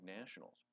nationals